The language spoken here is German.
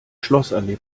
schlossallee